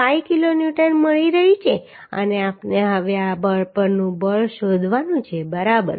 5 kilonewton મળી રહ્યું છે અને આપણે હવે આ બળ પરનું બળ શોધવાનું છે બરાબર